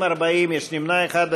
40, יש נמנע אחד.